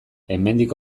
hemendik